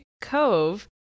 Cove